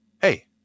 hey